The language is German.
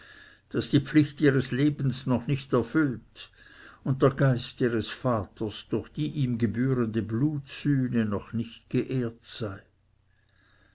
daß die pflicht ihres lebens noch nicht erfüllt und der geist ihres vaters durch die ihm gebührende blutsühne noch nicht geehrt sei